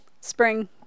Spring